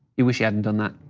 you wish he hadn't done that.